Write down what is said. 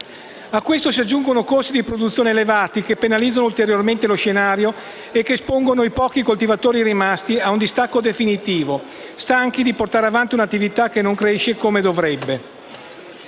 A questo si aggiungono costi di produzione elevati, che penalizzano ulteriormente lo scenario ed espongono i pochi coltivatori rimasti a un distacco definitivo, stanchi di portare avanti un'attività che non cresce come dovrebbe.